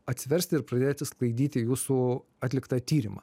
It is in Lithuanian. atsiversti ir pradėti sklaidyti jūsų atliktą tyrimą